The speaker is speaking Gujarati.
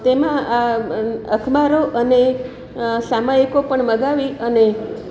તેમાં અખબારો અને સામાયિકો પણ મંગાવી અને